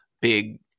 big